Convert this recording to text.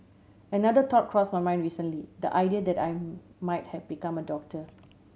another thought crossed my mind recently the idea that I might have become a doctor